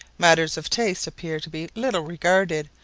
matters of taste appear to be little regarded,